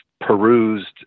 perused